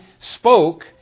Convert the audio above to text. spoke